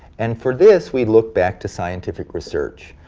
and for this we look back to scientific research,